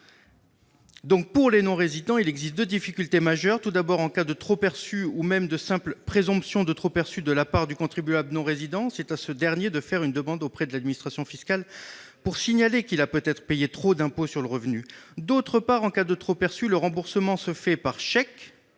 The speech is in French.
Pour les non-résidents, il existe deux difficultés majeures. Tout d'abord, en cas de trop-perçu, ou même de simple présomption de trop-perçu de la part du contribuable non résident, c'est à ce dernier de faire une demande auprès de l'administration fiscale pour signaler qu'il a peut-être payé trop d'impôt sur le revenu. D'autre part, en cas de trop-perçu, le remboursement se fait par chèque,